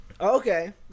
Okay